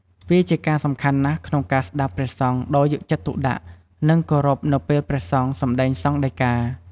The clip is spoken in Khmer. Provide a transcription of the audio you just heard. វាជាការសំខាន់ណាស់ក្នុងការស្តាប់ព្រះសង្ឃដោយយកចិត្តទុកដាក់ និងគោរពនៅពេលព្រះសង្ឃសំដែងសង្ឃដីកា។